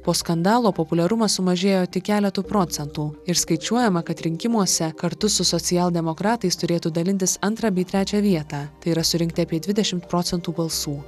po skandalo populiarumas sumažėjo tik keletu procentų ir skaičiuojama kad rinkimuose kartu su socialdemokratais turėtų dalintis antrą bei trečią vietą tai yra surinkti apie dvidešimt procentų balsų